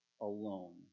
alone